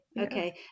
okay